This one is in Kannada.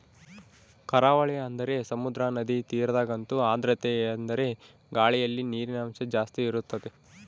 ಕರಾವಳಿ ಅಂದರೆ ಸಮುದ್ರ, ನದಿ ತೀರದಗಂತೂ ಆರ್ದ್ರತೆಯೆಂದರೆ ಗಾಳಿಯಲ್ಲಿ ನೀರಿನಂಶ ಜಾಸ್ತಿ ಇರುತ್ತದೆ